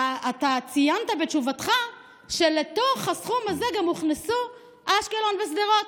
אתה ציינת בתשובתך שלתוך הסכום הזה הוכנסו גם אשקלון ושדרות,